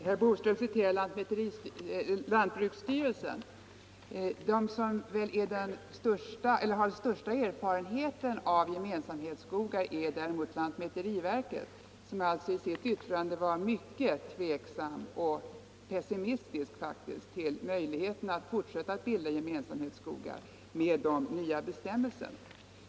Herr talman! Herr Boström citerade ur lantbruksstyrelsens remissyttrande, men den myndighet som har den största erfarenheten av gemensamhetsskogar är väl lantmäteriverket, och där har man i sitt yttrande varit mycket tveksam och faktiskt pessimistisk när det gäller möjligheterna att med de nya bestämmelserna fortsätta med att bilda gemensamhetsskogar.